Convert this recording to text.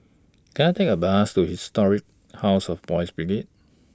Can I Take A Bus to Historic House of Boys' Brigade